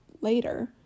later